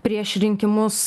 prieš rinkimus